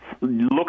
look